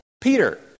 Peter